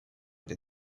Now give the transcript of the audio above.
для